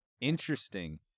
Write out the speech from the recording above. interesting